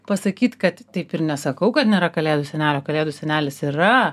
pasakyt kad taip ir nesakau kad nėra kalėdų senelio kalėdų senelis yra